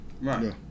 Right